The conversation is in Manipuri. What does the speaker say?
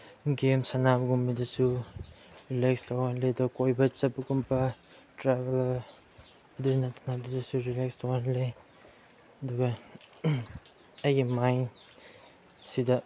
ꯒꯦꯝ ꯁꯥꯟꯅꯕꯒꯨꯝꯕꯗꯁꯨ ꯔꯤꯂꯦꯛꯁ ꯇꯧꯍꯂꯂꯦ ꯑꯗꯨ ꯀꯣꯏꯕ ꯆꯠꯄꯒꯨꯝꯕ ꯇ꯭ꯔꯦꯕꯦꯜ ꯑꯗꯨꯗꯁꯨ ꯔꯤꯂꯦꯛꯁ ꯇꯧꯍꯜꯂꯦ ꯑꯗꯨꯒ ꯑꯩꯒꯤ ꯃꯥꯏꯟ ꯁꯤꯗ